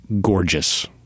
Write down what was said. gorgeous